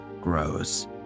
grows